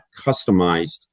customized